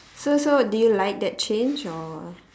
so so do you like that change or